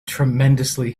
tremendously